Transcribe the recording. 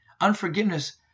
Unforgiveness